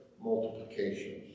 multiplications